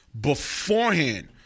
beforehand